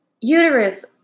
uterus